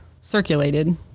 circulated